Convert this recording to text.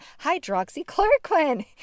Hydroxychloroquine